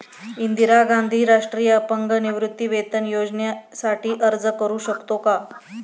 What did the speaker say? इंदिरा गांधी राष्ट्रीय अपंग निवृत्तीवेतन योजनेसाठी अर्ज करू शकतो का?